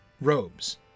robes